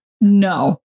No